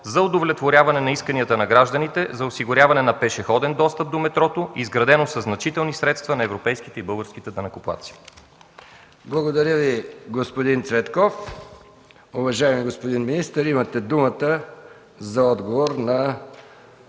за удовлетворяване на исканията на гражданите за осигуряване на пешеходен достъп до метрото, изградено със значителни средства на европейските и българските данъкоплатци? ПРЕДСЕДАТЕЛ МИХАИЛ МИКОВ: Благодаря Ви, господин Цветков. Уважаеми господин министър, имате думата за отговор на